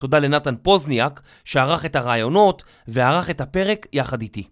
תודה לנתן פוזניאק שערך את הראיונות וערך את הפרק יחד איתי.